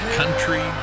country